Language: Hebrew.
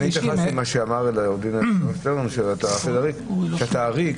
אני התייחסתי למה שאמר עו"ד שטרן, שאתה עריק